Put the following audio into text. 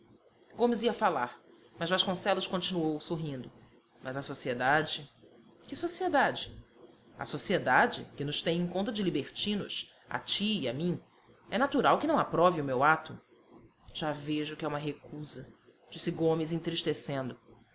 gomes ia falar mas vasconcelos continuou sorrindo mas a sociedade que sociedade a sociedade que nos tem em conta de libertinos a ti e a mim é natural que não aprove o meu ato já vejo que é uma recusa disse gomes entristecendo